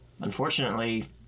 Unfortunately